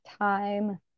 time